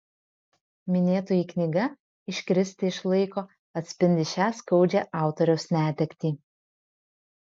minėtoji knyga iškristi iš laiko atspindi šią skaudžią autoriaus netektį